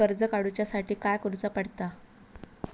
कर्ज काडूच्या साठी काय करुचा पडता?